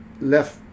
left